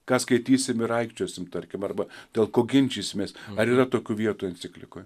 ką skaitysim ir aikčiosim tarkim arba dėl ko ginčysimės ar yra tokių vietų enciklikoje